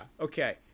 okay